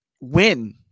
win